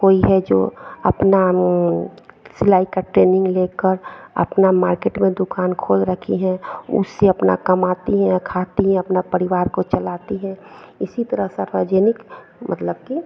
कोई है जो अपना सिलाई की ट्रेनिंग लेकर अपना मार्केट में दुकान खोल रखी है उससे अपना कमाती हैं और खाती हैं अपना परिवार को चलाती है इसी तरह सार्वजानिक मतलब कि